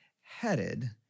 headed